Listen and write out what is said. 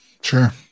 sure